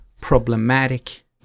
problematic